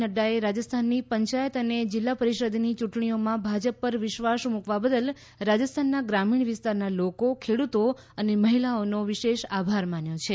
નફાએ રાજસ્થાનની પંચાયત અને જિલ્લા પરિષદની ચૂંટણીઓમાં ભાજપ પર વિશ્વાસ મૂકવા બદલ રાજસ્થાનના ગ્રામીણ વિસ્તારના લોકો ખેડૂતો અને મહિલાઓનો આભાર માન્યો છે